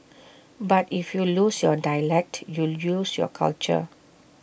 but if you lose your dialect you lose your culture